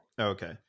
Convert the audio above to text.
Okay